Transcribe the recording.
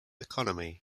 economy